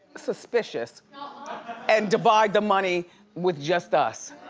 suspicious and divide the money with just us.